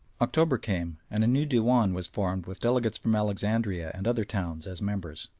october came, and a new dewan was formed with delegates from alexandria and other towns as members.